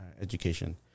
education